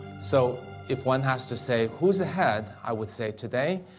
so if one has to say who's ahead, i would say today,